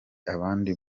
abandi